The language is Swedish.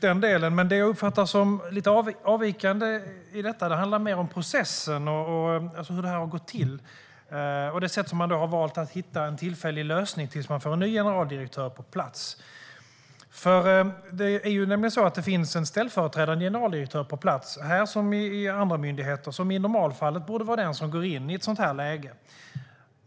Det jag uppfattar som lite avvikande i detta handlar mer om processen, hur det här har gått till och det sätt som man har valt för att hitta en tillfällig lösning tills man får en ny generaldirektör på plats. Det är nämligen så att det finns en ställföreträdande generaldirektör på plats, här som i andra myndigheter, som i normalfallet borde vara den som går in i ett sådant här läge.